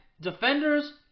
defenders